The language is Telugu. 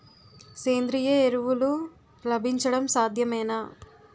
సేంద్రీయ ఎరువులు లభించడం సాధ్యమేనా?